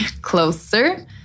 closer